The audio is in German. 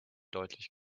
deutlich